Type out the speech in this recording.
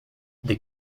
the